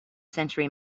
century